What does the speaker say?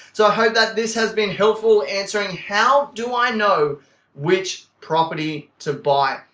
so i hope that this has been helpful answering how do i know which property to buy.